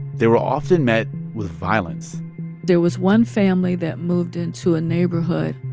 they were often met with violence there was one family that moved into a neighborhood.